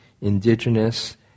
indigenous